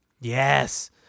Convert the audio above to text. Yes